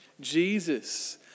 Jesus